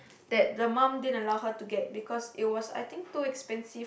that the mum didn't allow her to get because it was I think too expensive